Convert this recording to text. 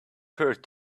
hurt